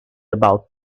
about